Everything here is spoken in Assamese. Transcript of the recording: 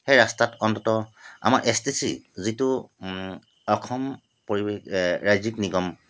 সেই ৰাস্তাত অন্তত আমাৰ এছটিচি যিটো অসম পৰি ৰাজ্যিক নিগম